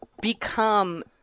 Become